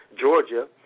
Georgia